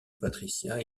patricia